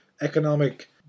economic